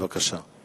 בבקשה.